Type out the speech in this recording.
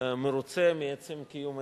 מרוצה מעצם קיום הדיון.